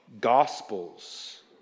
Gospels